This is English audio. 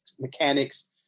mechanics